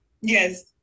Yes